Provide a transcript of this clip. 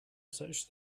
such